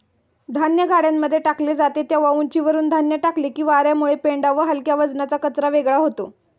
धान्य गाड्यांमध्ये टाकले जाते तेव्हा उंचीवरुन धान्य टाकले की वार्यामुळे पेंढा व हलक्या वजनाचा कचरा वेगळा होतो